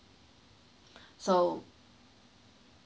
so